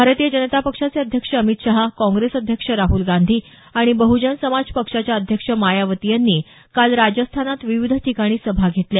भारतीय जनता पक्षाचे अध्यक्ष अमित शहा काँप्रेस अध्यक्ष राहल गांधी आणि बहजन समाज पक्षाच्या अध्यक्ष मायावती यांनी काल राजस्थानात विविध ठिकाणी सभा घेतल्या